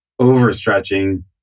overstretching